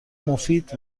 مفید